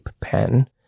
pen